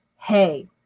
hey